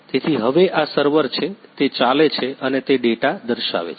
તેથી હવે આ સર્વર છે તે ચાલે છે અને તે ડેટા દર્શાવે છે